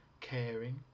caring